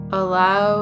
allow